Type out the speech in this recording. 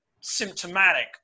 symptomatic